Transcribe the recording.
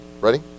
Ready